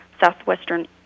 Southwestern